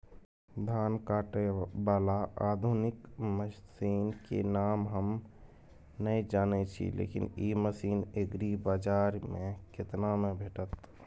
धान काटय बाला आधुनिक मसीन के नाम हम नय जानय छी, लेकिन इ मसीन एग्रीबाजार में केतना में भेटत?